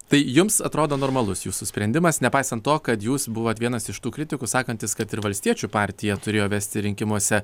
tai jums atrodo normalus jūsų sprendimas nepaisant to kad jūs buvot vienas iš tų kritikų sakantis kad ir valstiečių partija turėjo vesti rinkimuose